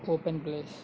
open place